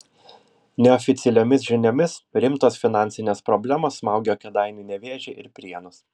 neoficialiomis žiniomis rimtos finansinės problemos smaugia kėdainių nevėžį ir prienus